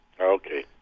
okay